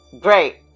Great